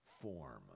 form